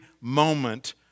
moment